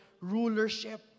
rulership